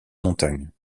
montagne